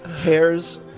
hairs